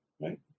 right